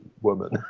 woman